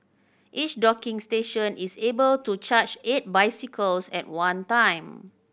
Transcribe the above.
each docking station is able to charge eight bicycles at one time